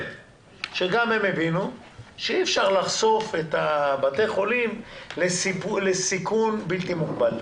שגם הם יבינו שאי-אפשר לחשוף את בתי החולים לסיכון בלתי מוגבל,